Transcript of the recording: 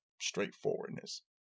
straightforwardness